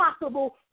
possible